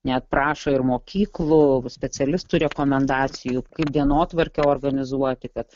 net prašo ir mokyklų specialistų rekomendacijų kaip dienotvarkę organizuoti kad